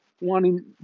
wanting